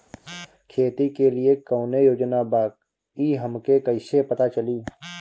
खेती के लिए कौने योजना बा ई हमके कईसे पता चली?